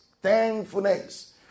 thankfulness